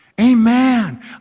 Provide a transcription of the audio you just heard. Amen